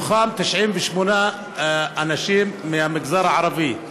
ומתוכם 98 אנשים מהמגזר הערבי,